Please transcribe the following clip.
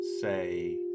say